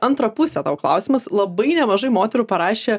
antrą pusę tau klausimas labai nemažai moterų parašė